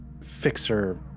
fixer